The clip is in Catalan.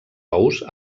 ous